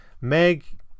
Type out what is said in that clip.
Meg